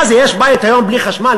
מה זה, יש בית היום בלי חשמל?